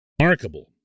remarkable